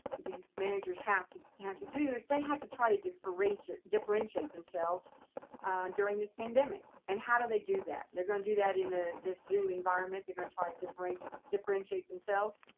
these managers have to to have to do is they have to try to differentiate differentiate themselves during this pandemic. and how do they do that? they're going to do that in ah this zoom environment. they're going to try to differentiate differentiate themselves.